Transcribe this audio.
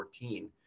2014